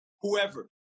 whoever